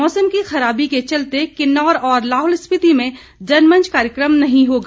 मौसम की खराबी के चलते किन्नौर और लाहौल स्पिति में जनमंच कार्यक्रम नहीं होंगा